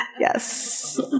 Yes